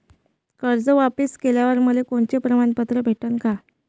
कर्ज वापिस केल्यावर मले कोनचे प्रमाणपत्र भेटन का?